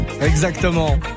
Exactement